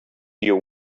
your